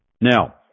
Now